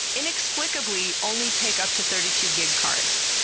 inexplicably, only take up to thirty two gig cards!